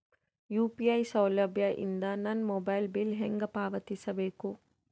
UPI ಸೌಲಭ್ಯ ಇಂದ ನನ್ನ ಮೊಬೈಲ್ ಬಿಲ್ ಹೆಂಗ್ ಪಾವತಿಸ ಬೇಕು?